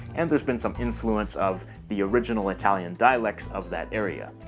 and there's been some influence of the original italian dialect of that area.